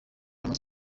amaze